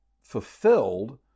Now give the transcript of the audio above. fulfilled